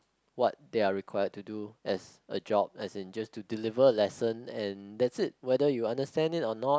what they are required to do as a job as in just to deliver a lesson and that's it whether you understand it or not